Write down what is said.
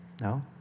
No